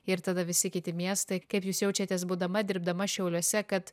ir tada visi kiti miestai kaip jūs jaučiatės būdama dirbdama šiauliuose kad